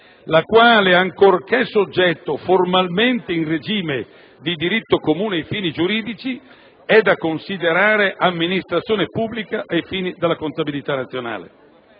la quale, ancorché soggetto formalmente in regime di diritto comune ai fini giuridici, è da considerare amministrazione pubblica ai fini della contabilità nazionale.